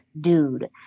dude